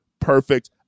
perfect